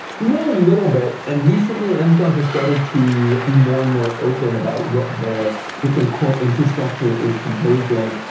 we know a little bit. and recently, amazon has started to be more and more open about what their what their core infrastructure is composed of.